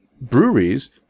breweries